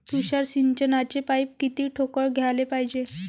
तुषार सिंचनाचे पाइप किती ठोकळ घ्याले पायजे?